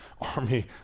army